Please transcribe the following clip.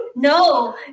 No